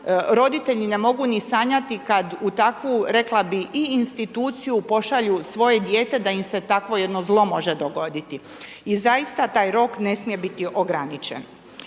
roditelji ne mogu ni sanjati kad u takvu rekla bih, i instituciju pošalju svoje dijete da im se takvo jedno zlo može dogoditi. I zaista taj rok ne smije biti ograničen.